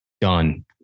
done